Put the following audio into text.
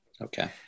Okay